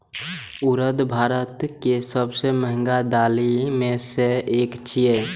उड़द भारत के सबसं महग दालि मे सं एक छियै